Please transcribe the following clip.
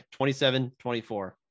27-24